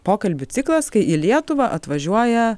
pokalbių ciklas kai į lietuvą atvažiuoja